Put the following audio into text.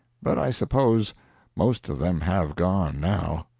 but i suppose most of them have gone now.